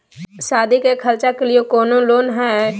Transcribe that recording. सादी के खर्चा के लिए कौनो लोन है?